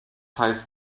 heißt